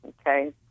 okay